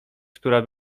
która